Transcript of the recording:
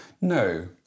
No